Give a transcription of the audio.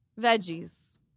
veggies